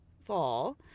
fall